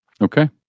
Okay